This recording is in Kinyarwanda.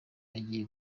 agiye